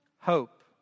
hope